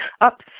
up